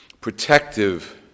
protective